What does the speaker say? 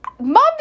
Mom